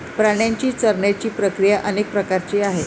प्राण्यांची चरण्याची प्रक्रिया अनेक प्रकारची आहे